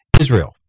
Israel